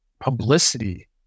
publicity